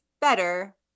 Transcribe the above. better